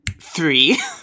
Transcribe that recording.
Three